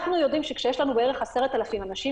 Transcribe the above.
אנחנו יודעים שכשיש לנו בערך 10,000 אנשים,